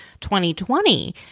2020